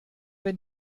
wenn